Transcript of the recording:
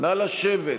נא לשבת,